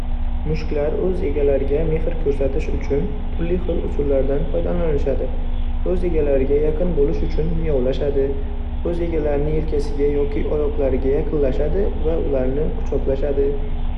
Mushuklar o'z egalariga mehr ko'rsatish uchun turli-xil usullardan foydalanishadi. O'z egalariga yaqin bo'lish uchun miyovlashadi. O'z egalarining yelkasiga yoki oyoqlariga yaqinlashishadi va ularni quchoqlashadi.